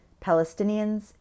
Palestinians